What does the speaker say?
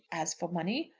as for money,